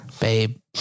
babe